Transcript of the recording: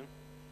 כן.